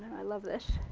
i love this.